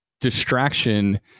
distraction